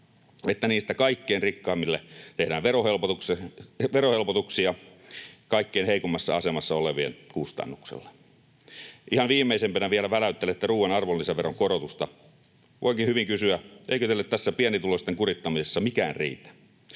että kaikkein rikkaimmille tehdään verohelpotuksia kaikkein heikoimmassa asemassa olevien kustannuksella. Ihan viimeisimpänä vielä väläyttelette ruuan arvonlisäveron korotusta. Voikin hyvin kysyä: eikö teille tässä pienituloisten kurittamisessa mikään riitä?